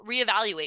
reevaluate